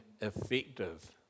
effective